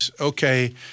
okay